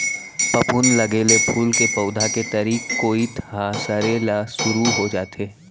फफूंद लगे ले फूल के पउधा के तरी कोइत ह सरे ल सुरू हो जाथे